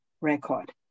Record